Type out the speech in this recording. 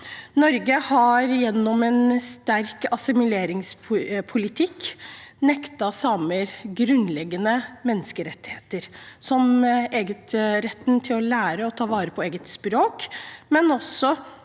Norge har gjennom en sterk assimileringspolitikk nektet samer grunnleggende menneskerettigheter, som retten til å lære og ta vare på eget språk, og